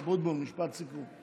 אבוטבול, משפט סיכום.